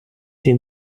den